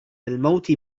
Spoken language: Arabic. الموت